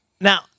Now